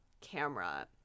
camera